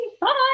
Bye